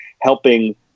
helping